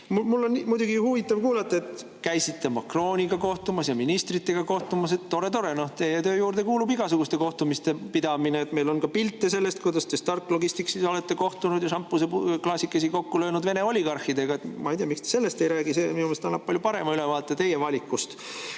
Mul on muidugi huvitav kuulata, et käisite Macroniga kohtumas ja ministritega kohtumas. Tore, tore! Teie töö juurde kuulub igasuguste kohtumiste pidamine. Meil on ka pilte sellest, kuidas te Stark Logisticsis olete kohtunud ja šampuseklaasikesi kokku löönud Vene oligarhidega. Ma ei tea, miks te sellest ei räägi. See minu arust annab palju parema ülevaate teie valikust,